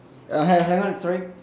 uh ha~ hang on sorry